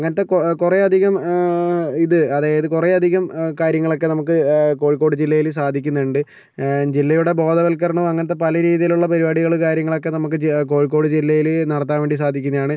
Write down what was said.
അങ്ങനത്തെ കൊ കുറേ അധികം ഇത് അതായത് കുറേ അധികം കാര്യങ്ങളൊക്കെ നമുക്ക് കോഴിക്കോട് ജില്ലയിൽ സാധിക്കുന്നുണ്ട് ജില്ലയുടെ ബോധവത്കരണം അങ്ങനത്തെ പല രീതിയിലുള്ള പരുപാടികൾ കാര്യങ്ങളൊക്കെ നമുക്ക് ജി കോഴിക്കോട് ജില്ലയിൽ നടത്താൻ വേണ്ടി സാധിക്കുന്നെയാണ്